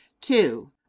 two